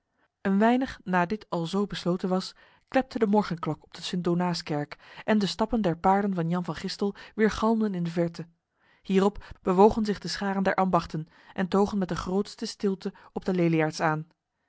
een weinig na dit alzo besloten was klepte de morgenklok op de st donaaskerk en de stappen der paarden van jan van gistel weergalmden in de verte hierop bewogen zich de scharen der ambachten en togen met de grootste stilte op de leliaards aan